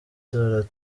ngo